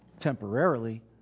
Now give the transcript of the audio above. temporarily